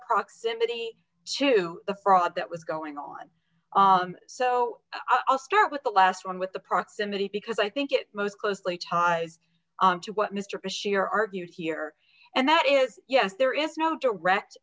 proximity to the fraud that was going on so i'll start with the last one with the proximity because i think it most closely ties to what mr bashir argued here and that is yes there is no direct